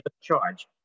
charge